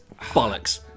Bollocks